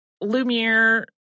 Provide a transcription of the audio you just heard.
Lumiere